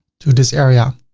to this area.